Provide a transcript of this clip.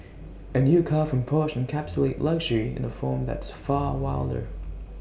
A new car from Porsche encapsulates luxury in A form that's far wilder